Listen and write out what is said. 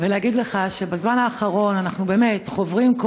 להגיד לך שבזמן האחרון אנחנו חוברים,